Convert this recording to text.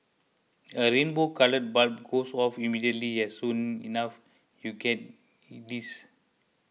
a rainbow coloured bulb goes off immediately and soon enough you get this